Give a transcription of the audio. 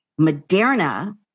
Moderna